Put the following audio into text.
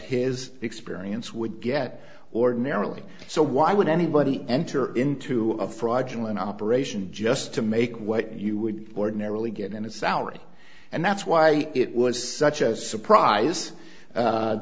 his experience would get ordinarily so why would anybody enter into a fraudulent operation just to make what you would ordinarily get in a salary and that's why it was such a surprise